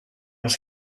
was